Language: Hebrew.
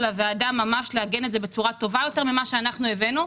הוועדה ממש לעגן את זה בצורה טובה יותר מכפי שהבאנו.